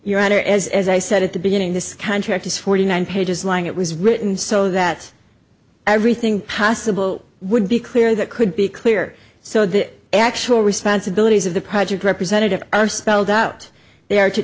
honor as as i said at the beginning this contract is forty nine pages long it was written so that everything possible would be clear that could be clear so the actual responsibilities of the project representative are spelled out they are to